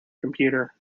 computer